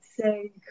say